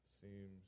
seems